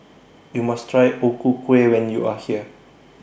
YOU must Try O Ku Kueh when YOU Are here